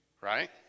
right